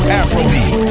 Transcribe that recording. afrobeat